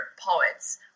poets